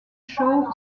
show